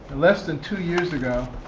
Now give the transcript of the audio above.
less than two years ago,